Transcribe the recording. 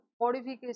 modification